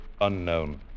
unknown